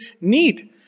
need